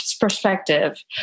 perspective